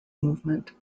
movement